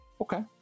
okay